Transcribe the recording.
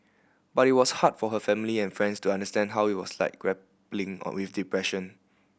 but it was hard for her family and friends to understand how it was like grappling on with depression